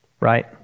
right